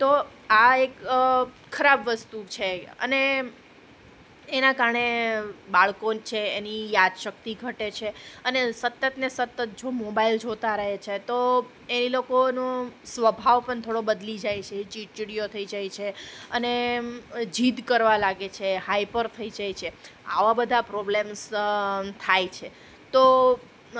તો આ એક ખરાબ વસ્તુ છે અને એના કારણે બાળકો છે એની યાદશક્તિ ઘટે છે અને સતતને સતત જો મોબાઈલ જોતાં રહે છે તો એ લોકોનો સ્વભાવ પણ થોડો બદલાઈ જાય છે ચીડચીડિયા થઈ જાય છે અને એમ જીદ કરવા લાગે છે હાયપર થઈ જાય છે આવા બધા પ્રોબ્લેમ્સ થાય છે તો